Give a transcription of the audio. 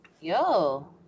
Yo